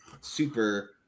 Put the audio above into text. Super